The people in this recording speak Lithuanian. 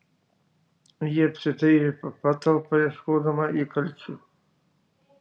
ji apsidairė po patalpą ieškodama įkalčių